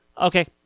Okay